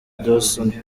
dos